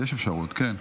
יש אפשרות, כן,